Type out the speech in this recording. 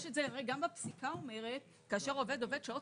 יש את זה, גם הפסיקה אומרת שכאשר עובד עובד שעות